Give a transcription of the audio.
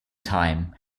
time